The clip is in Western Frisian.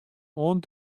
oant